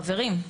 חברים,